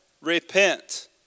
Repent